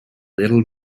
little